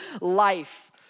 life